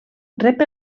rep